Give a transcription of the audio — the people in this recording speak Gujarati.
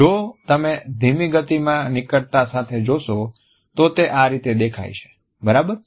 જો તમે ધીમી ગતિ માં નિકટતા સાથે જોશો તો તે આ રીતે દેખાય છે બરાબર